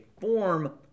form